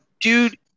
Dude